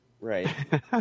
Right